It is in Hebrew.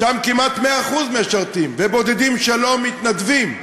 שם כמעט 100% משרתים, והבודדים שלא, מתנדבים,